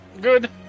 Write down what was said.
Good